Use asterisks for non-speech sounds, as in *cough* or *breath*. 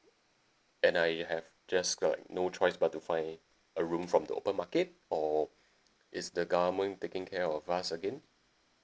and I have just got no choice but to find a room from the open market or *breath* it's the government taking care of us again